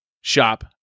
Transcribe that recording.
shop